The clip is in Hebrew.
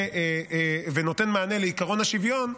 ונותן מענה לעקרון השוויון,